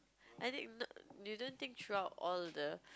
I think not you don't take throughout all the